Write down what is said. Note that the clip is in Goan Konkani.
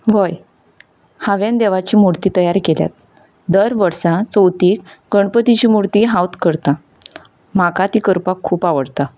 हय हांवें देवाच्यो मुर्ती तयार केल्यात दर वर्सा चवथीक गणपतीची मुर्ती हांवूच करतां म्हाका ती करपाक खूब आवडटा